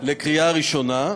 לקריאה ראשונה,